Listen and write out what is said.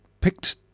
picked